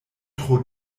tro